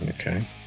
Okay